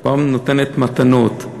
כבר נותנת מתנות.